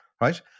right